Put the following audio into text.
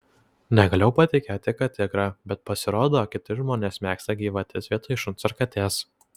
negalėjau patikėti kad tikra bet pasirodo kiti žmonės mėgsta gyvates vietoj šuns ar katės